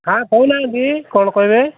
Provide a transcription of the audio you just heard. ହଁ କହୁନାହାନ୍ତି କ'ଣ କହିବେ